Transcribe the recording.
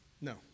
No